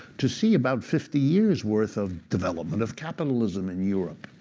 to see about fifty years worth of development of capitalism in europe.